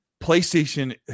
PlayStation